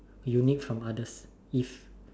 unique from others if